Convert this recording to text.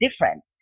different